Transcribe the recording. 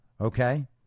okay